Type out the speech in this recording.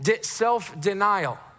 Self-denial